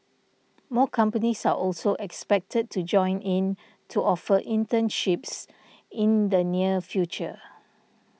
more companies are also expected to join in to offer internships in the near future